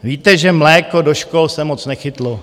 Víte, že mléko do škol se moc nechytlo.